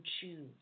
choose